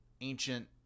ancient